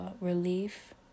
relief